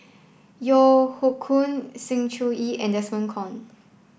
Yeo Hoe Koon Sng Choon Yee and Desmond Kon